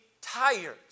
tired